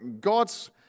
God's